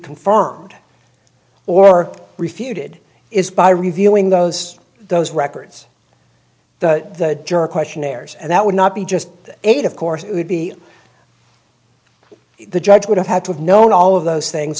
confirmed or refuted is by reviewing those those records the jury questionnaires and that would not be just eight of course it would be the judge would have had to have known all of those things